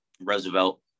Roosevelt